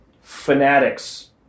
fanatics